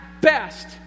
best